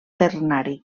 quaternari